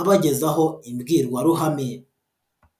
abagezaho imbwirwaruhame.